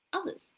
others